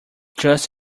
just